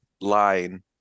line